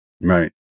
right